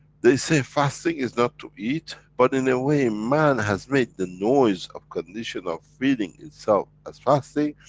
they say, fasting is not to eat, but, in a way, man has made the noise of condition of feeding itself as fasting,